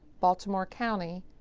baltimore county,